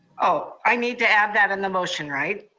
oh, i need to add that in the motion, right.